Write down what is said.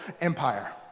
empire